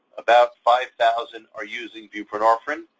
about five thousand are using buprenorphine.